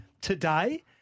today